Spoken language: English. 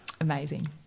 Amazing